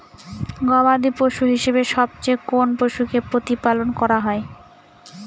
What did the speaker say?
গবাদী পশু হিসেবে সবচেয়ে কোন পশুকে প্রতিপালন করা হয়?